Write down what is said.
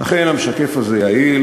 אכן, המשקף הזה יעיל.